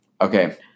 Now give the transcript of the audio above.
Okay